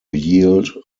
yield